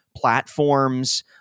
platforms